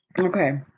Okay